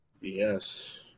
Yes